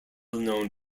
known